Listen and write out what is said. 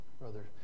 brother